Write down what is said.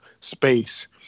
space